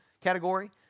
category